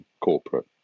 corporate